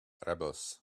rebels